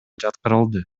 жаткырылды